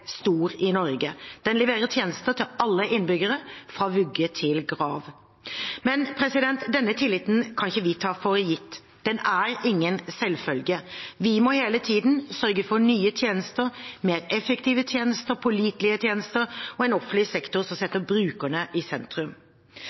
stor. Den leverer tjenester til alle innbyggerne, fra vugge til grav. Men denne tilliten kan vi ikke ta for gitt – den er ingen selvfølge. Vi må hele tiden sørge for nye tjenester, mer effektive tjenester, pålitelige tjenester og en offentlig sektor som setter brukerne i sentrum.